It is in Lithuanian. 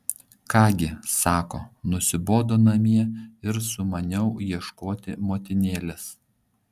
ką gi sako nusibodo namie ir sumaniau ieškoti motinėlės